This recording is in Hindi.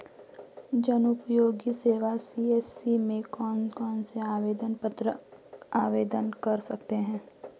जनउपयोगी सेवा सी.एस.सी में कौन कौनसे आवेदन पत्र आवेदन कर सकते हैं?